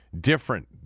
different